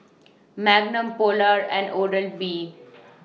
Magnum Polar and Oral B